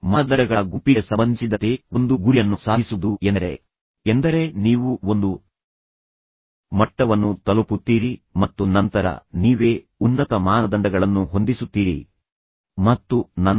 ಮಾನದಂಡಗಳ ಗುಂಪಿಗೆ ಸಂಬಂಧಿಸಿದಂತೆ ಒಂದು ಗುರಿಯನ್ನು ಸಾಧಿಸುವುದು ಎಂದರೆ ನೀವು ಒಂದು ಮಟ್ಟವನ್ನು ತಲುಪುತ್ತೀರಿ ಮತ್ತು ನಂತರ ನೀವೇ ಉನ್ನತ ಮಾನದಂಡಗಳನ್ನು ಹೊಂದಿಸುತ್ತೀರಿ ಮತ್ತು ನಂತರ ನೀವು ಆ ಮಾನದಂಡಗಳ ಆಧಾರದ ಮೇಲೆ ನಿಮ್ಮ ಗುರಿಗಳನ್ನು ಸಾಧಿಸಲು ಬಯಸುತ್ತೀರಿ ಕೆಲವು ಇತರ ಜನರು ನಿಗದಿಪಡಿಸಿದ ಕೆಳದರ್ಜೆಯ ಮಾನದಂಡಗಳನಲ್ಲ